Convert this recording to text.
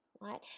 right